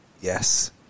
Yes